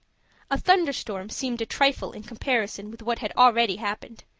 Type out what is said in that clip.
a thunderstorm seemed a trifle in comparison with what had already happened.